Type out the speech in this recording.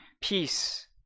peace